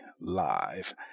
Live